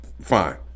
Fine